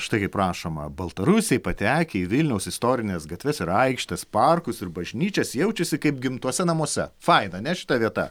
štai kaip rašoma baltarusiai patekę į vilniaus istorines gatves ir aikštes parkus ir bažnyčias jaučiasi kaip gimtuose namuose faina ane šita vieta